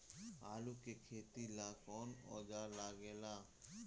आलू के खेती ला कौन कौन औजार लागे ला?